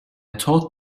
taught